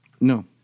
No